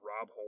rob